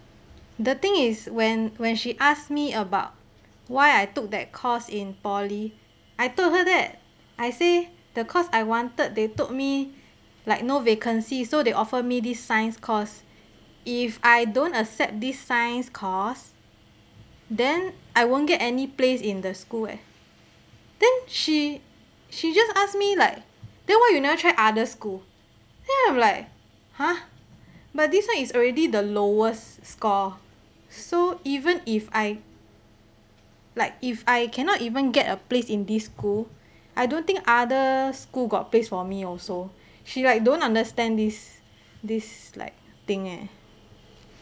the thing is when when she asked me about why I took that course in poly I told her that I say the course I wanted they told me like no vacancy so they offered me this science course if I don't accept this science course then I won't get any place in the school eh then she she just ask me like then why you never try other school then I'm like !huh! but this one is already the lowest score so even if I like if I cannot even get a place in this school I don't think other school got place for me also she like don't understand this this like thing eh